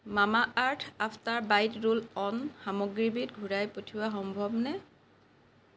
Mamaearth after bite roll on সামগ্ৰীবিধ ঘূৰাই পঠিওৱা সম্ভৱনে